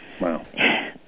Wow